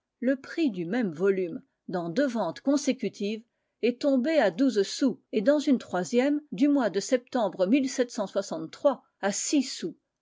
le prix du même volume dans deux ventes consécutives est tombé à douze sous et dans une troisième du mois de septembre à six sous